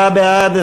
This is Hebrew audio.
44 בעד,